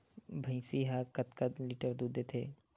भंइसी हा कतका लीटर दूध देथे?